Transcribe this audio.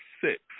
six